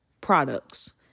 products